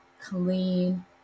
clean